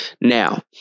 Now